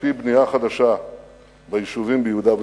להקפיא בנייה חדשה ביישובים ביהודה ושומרון.